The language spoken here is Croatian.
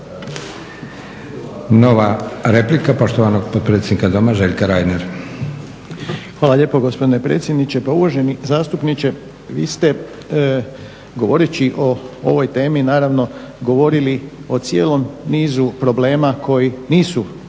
Nova replika, poštovanog potpredsjednika Doma Željka Reinera. **Reiner, Željko (HDZ)** Hvala lijepo gospodine predsjedniče. Pa uvaženi zastupniče vi ste govoreći o ovoj temi naravno govorili o cijelom nizu problema koji nisu